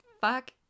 fuck